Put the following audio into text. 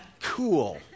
cool